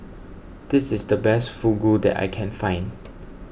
this is the best Fugu that I can find